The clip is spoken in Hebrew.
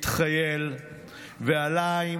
התחייל ועלה עם